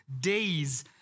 days